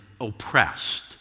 oppressed